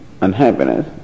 unhappiness